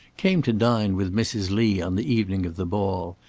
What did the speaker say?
came to dine with mrs. lee on the evening of the ball,